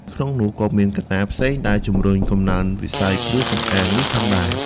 ក្នុងនោះក៏មានកត្តាផ្សេងដែលជំរុញកំណើនវិស័យគ្រឿងសម្អាងនេះផងដែរ។